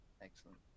Excellent